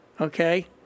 okay